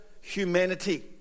humanity